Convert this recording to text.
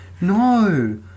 no